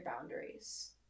boundaries